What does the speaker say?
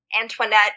Antoinette